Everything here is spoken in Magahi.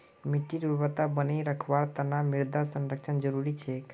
मिट्टीर उर्वरता बनई रखवार तना मृदा संरक्षण जरुरी छेक